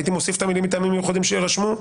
הייתי מוסיף את המילים: "מטעמים מיוחדים שיירשו".